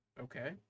Okay